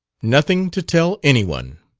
nothing to tell anyone,